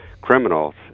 criminals